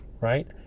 right